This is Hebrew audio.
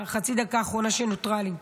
בחצי הדקה האחרונה שנותרה לי: